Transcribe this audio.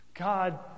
God